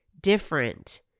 different